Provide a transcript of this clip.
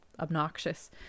obnoxious